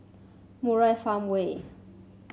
Murai Farmway